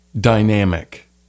dynamic